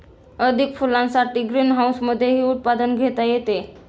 अधिक फुलांसाठी ग्रीनहाऊसमधेही उत्पादन घेता येते